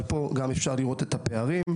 אבל פה אפשר לראות את הפערים,